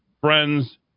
friends